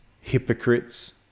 hypocrites